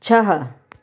छह